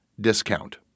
discount